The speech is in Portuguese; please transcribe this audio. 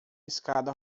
escada